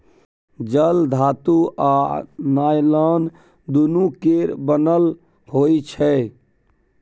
जाल धातु आ नॉयलान दुनु केर बनल होइ छै